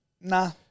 Nah